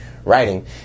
writing